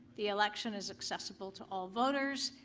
the election is accessible to all voters.